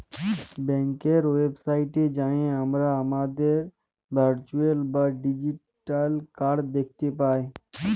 ব্যাংকের ওয়েবসাইটে যাঁয়ে আমরা আমাদের ভারচুয়াল বা ডিজিটাল কাড় দ্যাখতে পায়